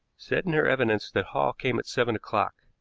said in her evidence that hall came at seven o'clock.